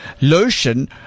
lotion